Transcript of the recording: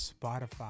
spotify